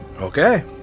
Okay